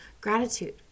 gratitude